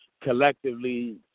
collectively